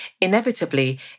inevitably